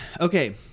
okay